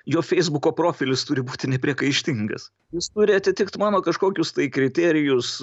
jo feisbuko profilis turi būti nepriekaištingas jis turi atitikt mano kažkokius tai kriterijus